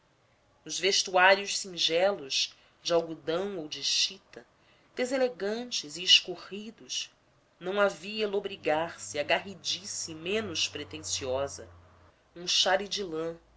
nos vestuários singelos de algodão ou de chita deselegantes e escorridos não havia lobrigar se a garridice menos pretensiosa um xale de lã